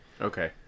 Okay